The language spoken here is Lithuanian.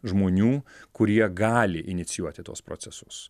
žmonių kurie gali inicijuoti tuos procesus